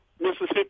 Mississippi